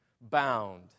bound